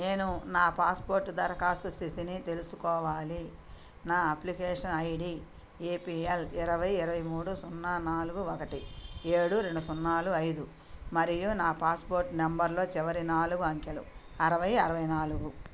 నేను నా పాస్పోర్ట్ దరఖాస్తు స్థితిని తెలుసుకోవాలి నా application I D A P L ఇరవై ఇరవై మూడు సున్నా నాలుగు ఒకటి ఏడు రెండు సున్నాలు ఐదు మరియు నా పాస్పోర్ట్ నెంబర్లో చివరి నాలుగు అంకెలు అరవై అరవై నాలుగు